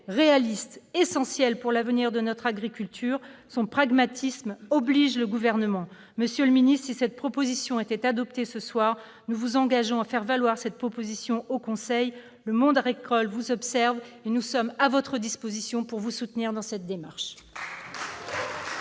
réalistes, essentielles pour l'avenir de notre agriculture. Son pragmatisme oblige le Gouvernement. Monsieur le ministre, si cette proposition de résolution européenne était adoptée, nous vous engageons à faire valoir cette position au Conseil. Le monde agricole vous observe. Sachez que nous nous tenons à votre disposition pour vous soutenir dans cette démarche.